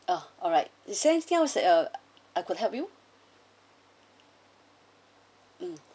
ah alright is there anything else I could help you mm